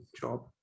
job